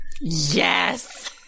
Yes